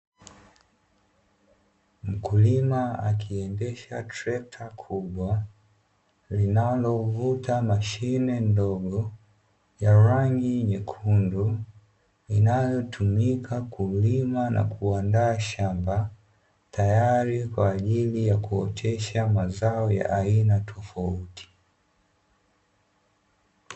Mkulima akiendesha trekta kubwa linalovuta mashine ndogo ya rangi nyekundu, inayotumika kulima na kuandaa shamba tayari kwaajili ya kuotesha mazao ya aina tofauti.